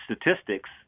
statistics